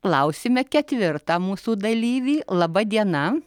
klausime ketvirtą mūsų dalyvį laba diena